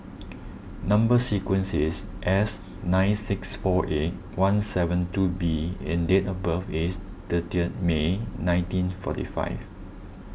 Number Sequence is S nine six four eight one seven two B and date of birth is thirtieth May nineteen forty five